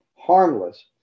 Harmless